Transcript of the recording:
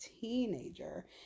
teenager